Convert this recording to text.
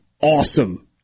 awesome